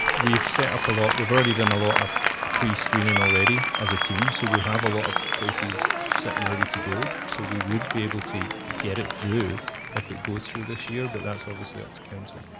we've set up a lot we've already done a lot of pre-screening already as a team, so we have a lot of places set and ready to go. so we would be able to get it through if it goes through this year but that's obviously up to council.